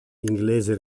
inglese